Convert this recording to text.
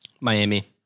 Miami